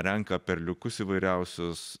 renka perliukus įvairiausius